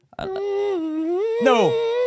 No